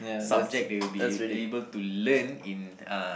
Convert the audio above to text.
subject that you'll be able to learn in uh